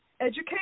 education